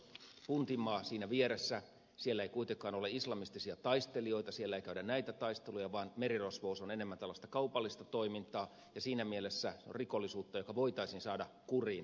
puntmaa siinä vieressä siellä ei kuitenkaan ole islamistisia taistelijoita siellä ei käydä näitä taisteluja vaan merirosvous on enemmän tällaista kaupallista toimintaa ja siinä mielessä se on rikollisuutta joka voitaisiin saada kuriin